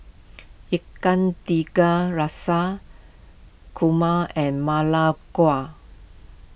Ikan Tiga Rasa Kurma and Ma Lai Gao